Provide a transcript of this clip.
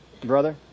brother